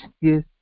yes